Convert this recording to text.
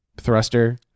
thruster